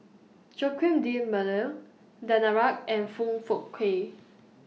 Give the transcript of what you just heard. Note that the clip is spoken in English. Joaquim D'almeida Danaraj and Foong Fook Kay